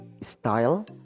style